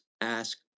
ask